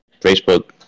Facebook